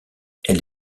elle